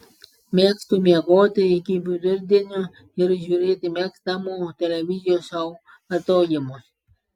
mėgstu miegoti iki vidurdienio ir žiūrėti mėgstamų televizijos šou kartojimus